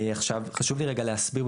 חשוב לי רגע להסביר.